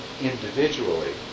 individually